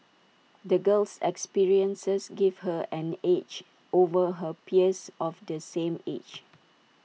the girl's experiences gave her an edge over her peers of the same age